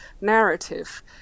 narrative